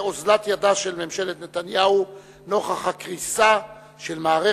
חבר הכנסת לשעבר, סגן ראש העיר